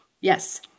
Yes